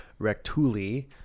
Rectuli